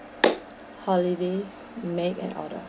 holidays make an order